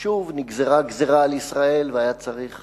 שוב נגזרה גזירה על ישראל, והיה צריך